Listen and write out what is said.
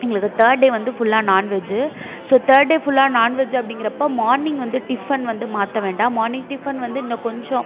எங்களுக்கு third day வந்து ஃபுல்லாக நான்வெஜ்ஜு ஸோ தேர்ட் டே ஃபுல்லாக நான்வெஜ் அப்படிங்கிறப்ப மார்னிங் வந்து டிஃபன் வந்து மாற்ற வேண்டாம் மார்னிங் டிஃபன் வந்து இந்த கொஞ்சம்